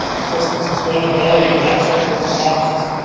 system sustainability, life cycle costs.